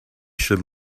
should